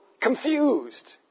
confused